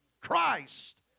Christ